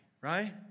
right